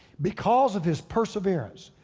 because of his perseverance,